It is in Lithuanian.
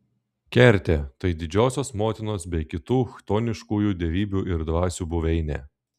kertė tai didžiosios motinos bei kitų chtoniškųjų dievybių ir dvasių buveinė